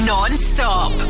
Non-stop